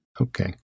Okay